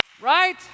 Right